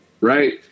right